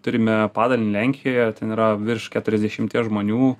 turime padalinį lenkijoje ten yra virš keturiasdešimties žmonių